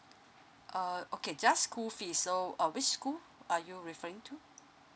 uh okay just school fees so uh which school are you referring to